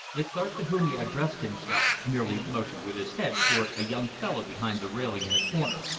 the clerk to whom he addressed himself merely motioned with his head toward a young fellow behind the railing in a corner.